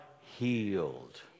healed